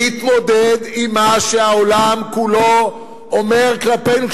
להתמודד עם מה שהעולם כולו אומר כלפינו,